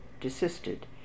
desisted